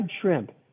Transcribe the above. shrimp